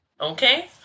Okay